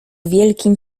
wielkim